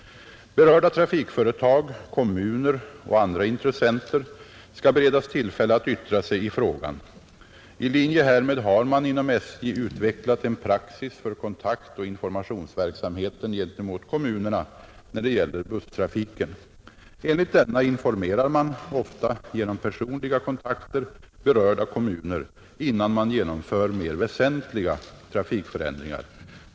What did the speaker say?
Berörda trafikföretag, kommuner och andra intressenter skall beredas tillfälle att yttra sig i frågan. I linje härmed har man inom SJ utvecklat en praxis för kontaktoch informationsverksamheten gentemot kommunerna när det gäller busstrafiken, Enligt denna informerar man — ofta genom personliga kontakter — berörda kommuner, innan man genomför mer väsentliga trafikförändringar.